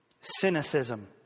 Cynicism